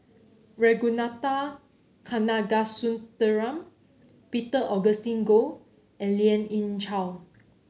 Ragunathar Kanagasuntheram Peter Augustine Goh and Lien Ying Chow